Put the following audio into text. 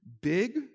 big